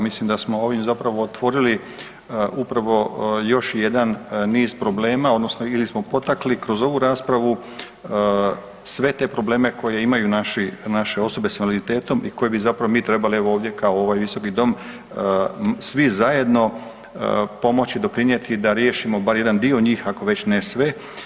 Evo mislim da smo ovim zapravo otvorili upravo još jedan niz problema odnosno ili smo potakli kroz ovu raspravu sve te probleme koje imaju naše osobe s invaliditetom i koje bi zapravo mi trebali evo ovdje kao ovaj visoki dom svi zajedno pomoći doprinijeti da riješimo bar jedan dio njih ako već ne sve.